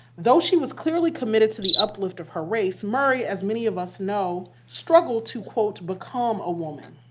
though she was clearly committed to the uplift of her race, murray, as many of us know, struggled to quote, become a woman.